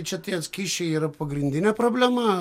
čia tie skysčiai yra pagrindinė problema